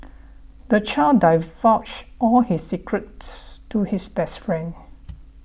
the child divulged all his secrets to his best friend